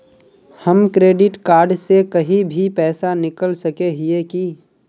हम credit card से कहीं भी पैसा निकल सके हिये की?